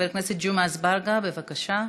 חבר הכנסת ג'מעה אזברגה, בבקשה.